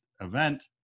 event